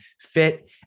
fit